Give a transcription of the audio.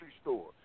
store